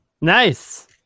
Nice